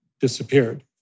disappeared